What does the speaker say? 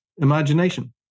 imagination